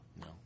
No